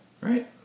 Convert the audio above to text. Right